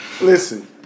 Listen